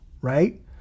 right